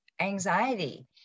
anxiety